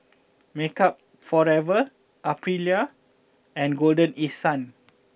Makeup Forever Aprilia and Golden East Sun